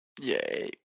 Yay